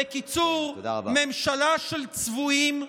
בקיצור, ממשלה של צבועים.